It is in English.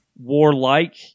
warlike